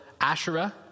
Asherah